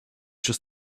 just